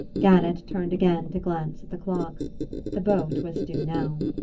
gannett turned again to glance at the clock the boat was due now.